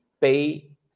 pay